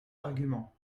arguments